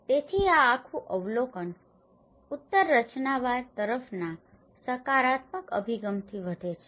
તેથી આ આખું અવલોકન ઉત્તર રચનાવાદ તરફના સકારાત્મક અભિગમથી વધે છે